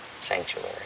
sanctuary